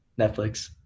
Netflix